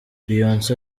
beyonce